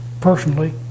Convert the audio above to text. personally